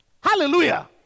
Hallelujah